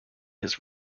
his